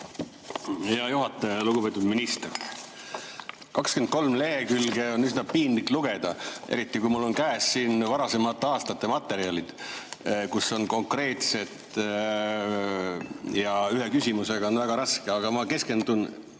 Hea juhataja! Lugupeetud minister! 23 lehekülge on üsna piinlik lugeda, eriti kui mul on käes siin varasemate aastate materjalid, kus on konkreetsed ... Ühe küsimusega on väga raske [seda öelda],